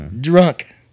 Drunk